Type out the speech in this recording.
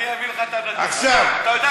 אני אביא לך את הנתונים.